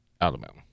Alabama